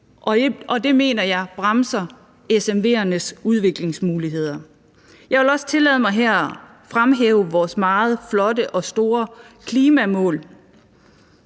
og det mener jeg bremser SMV'ernes udviklingsmuligheder. Jeg vil også tillade mig her at fremhæve vores meget flotte og store klimamål.